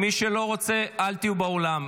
מי שלא רוצה, אל תהיו באולם,